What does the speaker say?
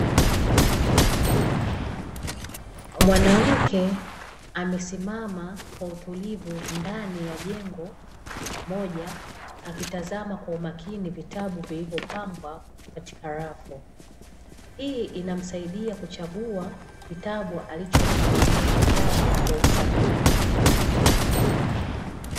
Mwanamke amesimama kwa utulivu ndani ya jengo moja akitazama kwa umakini vitabu vilivyopangwa katika rafu, hii inamsaidia kuchagua kitabu alichokihitaji kwa usahihi.